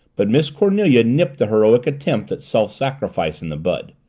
but miss cornelia nipped the heroic attempt at self-sacrifice in the bud.